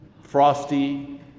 Frosty